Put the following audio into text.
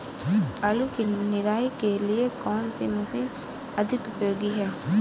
आलू की निराई के लिए कौन सी मशीन अधिक उपयोगी है?